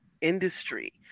industry